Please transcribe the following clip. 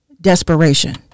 desperation